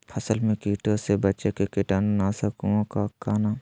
फसल में कीटों से बचे के कीटाणु नाशक ओं का नाम?